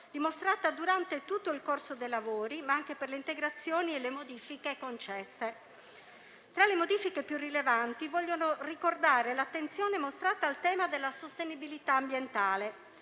dimostrata durante tutto il corso dei lavori, ma anche per le integrazioni e le modifiche concesse. Tra le modifiche più rilevanti, voglio ricordare l'attenzione mostrata al tema della sostenibilità ambientale.